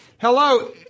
Hello